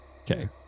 Okay